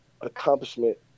accomplishment